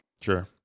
Sure